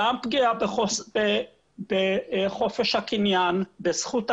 גם פגיעה בחופש הקניין, בזכות הקניין,